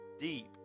deep